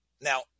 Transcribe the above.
Now